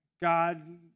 God